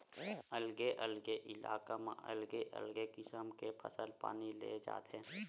अलगे अलगे इलाका म अलगे अलगे किसम के फसल पानी ले जाथे